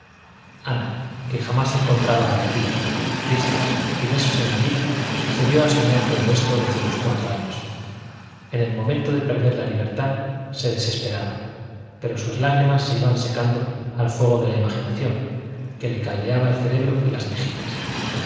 ana que jamás encontraba alegría risas y besos en la vida se dio a soñar todo eso desde los cuatro años en el momento de perder la libertad se desesperaba pero sus lágrimas se iban secando al fuego de la imaginación que le caldeaba el cerebro y las mejillas